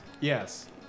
Yes